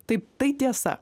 taip tai tiesa